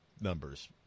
numbers